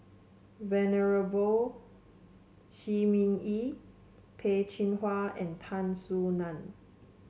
Venerable Shi Ming Yi Peh Chin Hua and Tan Soo Nan